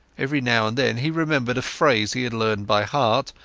every now and then he remembered a phrase he had learned by heart,